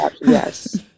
Yes